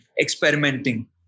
experimenting